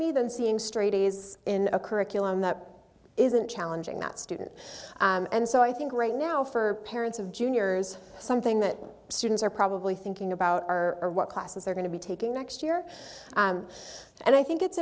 me than seeing straight a's in a curriculum that isn't challenging that student and so i think right now for parents of juniors something that students are probably thinking about are or what classes they're going to be taking next year and i think it's